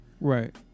Right